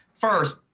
first